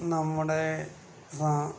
നമ്മുടെ സാ